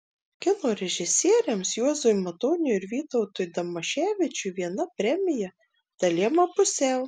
kino režisieriams juozui matoniui ir vytautui damaševičiui viena premija dalijama pusiau